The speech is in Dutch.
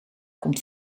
komt